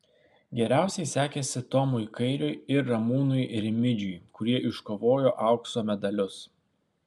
geriausiai sekėsi tomui kairiui ir ramūnui rimidžiui kurie iškovojo aukso medalius